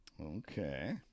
Okay